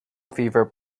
fever